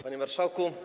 Panie Marszałku!